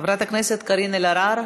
חברת הכנסת קארין אלהרר,